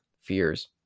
fears